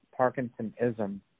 Parkinsonism